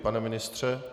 Pane ministře?